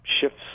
shifts